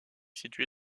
située